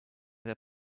that